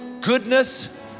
Goodness